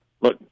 look